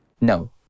No